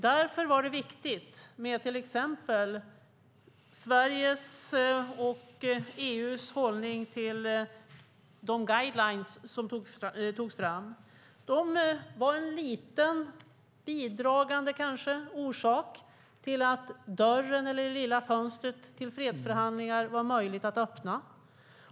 Därför var det viktigt med exempelvis Sveriges och EU:s hållning till de guidelines som togs fram. De var en liten bidragande orsak till att dörren, eller åtminstone det lilla fönstret, till fredsförhandlingar var möjlig att öppna.